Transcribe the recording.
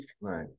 Right